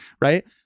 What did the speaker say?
right